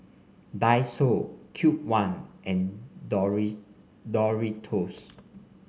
Daiso Cube one and Doris Doritos